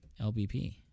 LBP